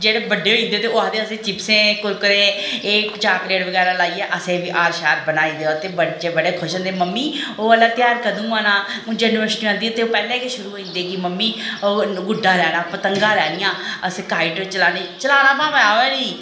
जेह्ड़े बड्डे बड्डे होई ओह् आखदे असें चिप्सें कुरकुरे एह् चाकलेट बनाइयै असेंगी बी हार बनाई देओ ते बच्चे बड़े खुश होंदे मम्मी ओह् आह्ला ध्योहार कदूं आंना जन्माष्टमी आंदी ते ओह् पैह्लैं गै शुरु होई जंदे मम्मी गुड्डा लैना पतंगां लैनियां असैं काईट चलानी चलाना भामैं अवै नी